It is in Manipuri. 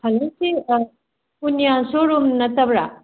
ꯍꯜꯂꯣ ꯁꯤ ꯑꯥ ꯄꯨꯅ꯭ꯌꯥ ꯁꯣꯔꯨꯝ ꯅꯠꯇꯕ꯭ꯔꯥ